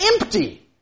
empty